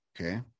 Okay